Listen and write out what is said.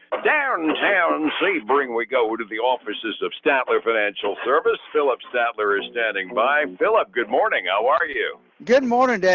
downtown sebring, we go to the offices of statler financial service phillip statler is standing by. phillip, good morning. how are you? good morning,